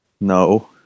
No